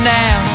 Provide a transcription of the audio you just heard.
now